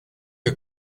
you